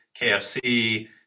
KFC